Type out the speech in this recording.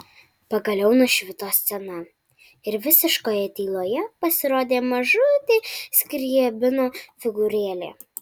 pagaliau nušvito scena ir visiškoje tyloje pasirodė mažutė skriabino figūrėlė